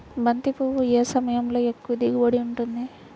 బంతి పువ్వు ఏ సమయంలో ఎక్కువ దిగుబడి ఉంటుంది?